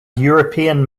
european